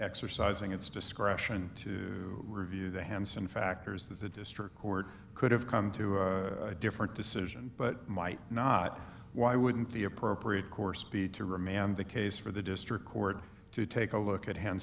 exercising its discretion to review the hands and factors that the district court could have come to a different decision but might not why wouldn't the appropriate course be to remand the case for the district court to take a look at